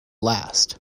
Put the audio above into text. last